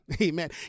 amen